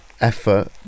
effort